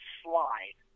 slide